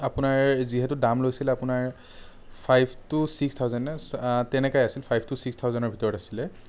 আপোনাৰ যিহেতু দাম লৈছিলে আপোনাৰ ফাইভ টু ছিক্স থাউজেণ্ড নে তেনেকুৱাই আছিল ফাইভ টু ছিক্স থাউজেণ্ডৰ ভিতৰত আছিলে